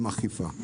עם אכיפה.